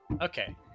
Okay